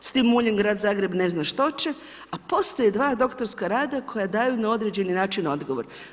S tim muljem grad Zagreb ne zna što će, a postoje dva doktorska rada koja daju na određeni način odgovor.